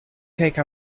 take